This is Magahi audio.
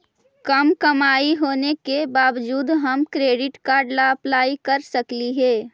कम कमाई होने के बाबजूद हम क्रेडिट कार्ड ला अप्लाई कर सकली हे?